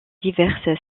diverses